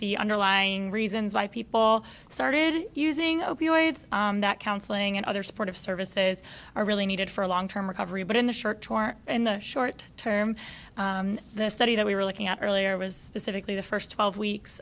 the underlying reasons why people started using opioids that counseling and other support of services are really needed for a long term recovery but in the short term in the short term the study that we were looking at earlier was pacifically the first twelve weeks